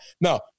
No